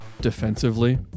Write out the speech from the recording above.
defensively